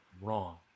wrong